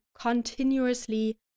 continuously